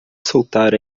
soltar